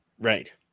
right